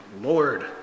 Lord